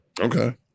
Okay